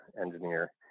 engineer